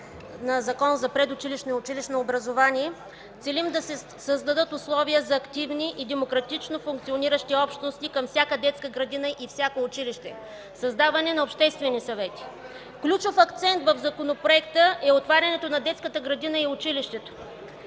на Закон за предучилищно и училищно образование целим да се създадат условия за активни и демократично функциониращи общности към всяка детска градина и всяко училище, създаване на обществени съвети. (Силен шум и реплики.) Ключов акцент в Законопроекта е отварянето на детската градина и училището,